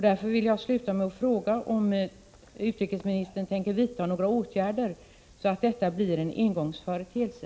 Därför vill jag sluta med att fråga om utrikesministern tänker vidta några åtgärder, så att detta blir en engångsföreteelse.